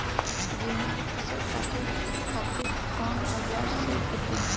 गेहूं के फसल काटे खातिर कोवन औजार से कटी?